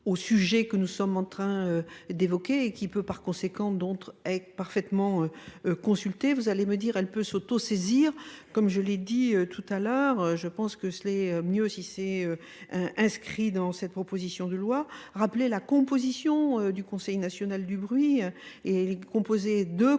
au sujet que nous sommes en train d'évoquer et qui peut par conséquent être parfaitement consulté. Vous allez me dire qu'elle peut s'auto-saisir. Comme je l'ai dit tout à l'heure, je pense que c'est mieux si c'est inscrit dans cette proposition de loi, rappeler la composition du Conseil national du bruit et composée de collectivités